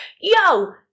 Yo